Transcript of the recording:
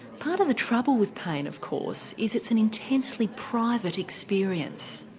part of the trouble with pain of course is it's an intensely private experience.